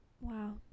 Wow